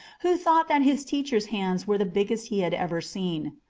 who thought that his teacher's hands were the biggest he had ever seen.